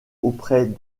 auprès